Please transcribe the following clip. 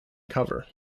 cover